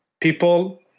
People